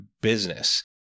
business